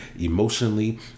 emotionally